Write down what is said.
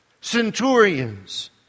Centurions